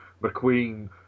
McQueen